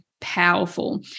powerful